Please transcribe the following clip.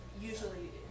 usually